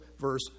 verse